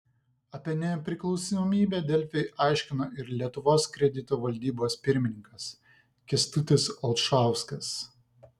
apie nepriklausomybę delfi aiškino ir lietuvos kredito valdybos pirmininkas kęstutis olšauskas